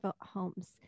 homes